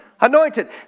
Anointed